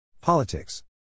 Politics